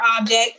object